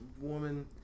woman